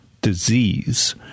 disease